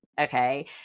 okay